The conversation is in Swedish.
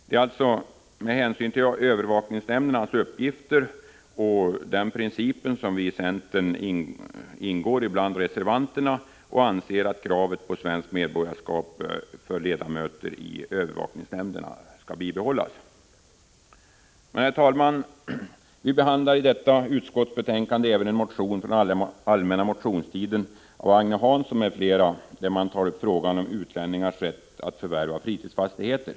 Det är alltså med hänsyn till övervakningsnämndernas uppgifter och den principen som vi i centern ingår bland reservanterna och anser att kravet på svenskt medborgarskap för ledamöter i övervakningsnämnderna skall bibehållas. Herr talman! Vi behandlar i detta utskottsbetänkande även en motion från allmänna motionstiden av Agne Hansson m.fl., där man tar upp frågan om utlänningars rätt att förvärva fritidsfastigheter.